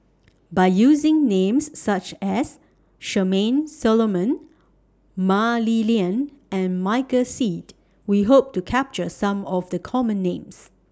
By using Names such as Charmaine Solomon Mah Li Lian and Michael Seet We Hope to capture Some of The Common Names